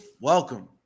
welcome